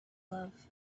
love